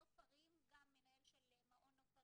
'נוף הרים', המנהל של מעון 'נוף הרים'